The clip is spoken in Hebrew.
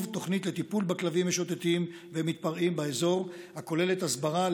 תוכנית לטיפול בכלבים משוטטים ומתפרעים באזור הכוללת הסברה,